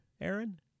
Aaron